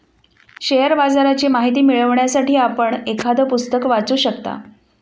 share बाजाराची माहिती मिळवण्यासाठी आपण एखादं पुस्तक वाचू शकता